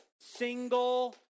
single